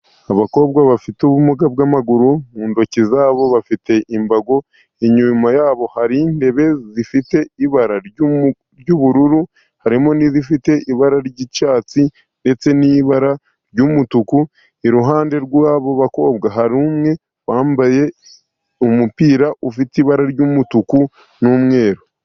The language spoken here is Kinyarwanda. Abakobwa bafite ubumuga bw'amaguru, mu ntoki zabo bafite imbago, inyuma yabo hari intebe zifite ibara ry'ubururu, harimo n'izifite ibara ry'icyatsi ndetse n'ibara ry'umutuku, iruhande rw'abo bakobwa hari umwe wambaye umupira ufite ibara ry'umutuku n'umweru.